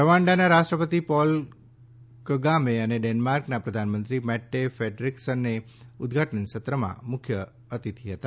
રવાંડાના રાષ્ટ્રપતિ Paul Kagame અને ડેન્માર્કના પ્રધાનમંત્રી મેટ્ટે ફેડરિક્સન ઉદઘાટન સત્રમાં મુખ્ય અતિથિ હતા